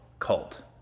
cult